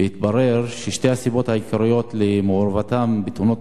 והתברר ששתי הסיבות העיקריות למעורבותם בתאונות